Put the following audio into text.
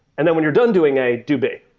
and then when you're done doing a, do b.